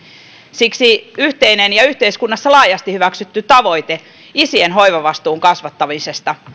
siksi yhteisen ja yhteiskunnassa laajasti hyväksytyn tavoitteen isien hoivavastuun kasvattamisesta